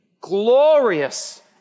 glorious